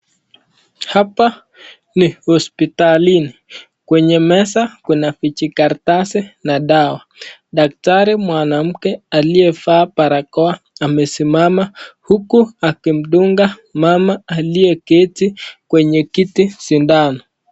Hapa ni hospitalini kwenye meza kuna vijikaratasi na dawa. Daktari mwanamke aliyefaa barakoa amesimama huku akimdunga mama aliyeketi kwenye kiti sindano.